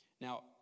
Now